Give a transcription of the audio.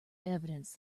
evidence